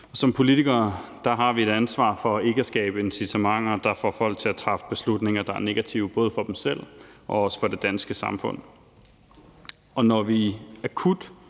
Som politikere har vi et ansvar for ikke at skabe incitamenter, der får folk til at træffe beslutninger, der er negative både for dem selv og for det danske samfund, og når vi akut